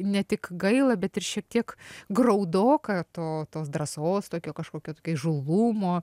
ne tik gaila bet ir šiek tiek graudoka to tos drąsos tokio kažkokio įžūlumo